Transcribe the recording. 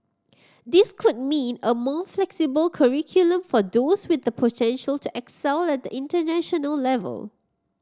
this could mean a more flexible curriculum for those with the potential to excel at the international level